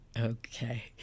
Okay